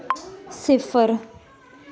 सिफर